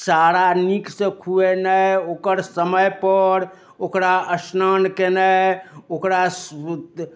चारा नीकसँ खुएनाइ ओकर समय पर ओकरा स्नान केनाइ ओकरा